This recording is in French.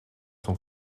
son